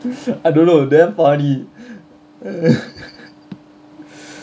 I don't know damn funny